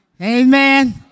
Amen